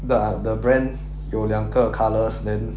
the the brand 有两个 colours then